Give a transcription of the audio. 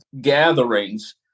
gatherings